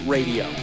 Radio